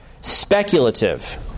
speculative